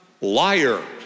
liar